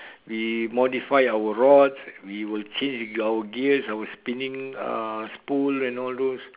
we modify our rods we will change our gears our spinning uh spool and all those